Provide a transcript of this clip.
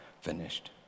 finished